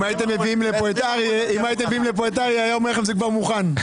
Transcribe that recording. אם הייתם מביאים לפה את אריה הוא היה אומר לכם שזה כבר מוכן.